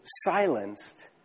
silenced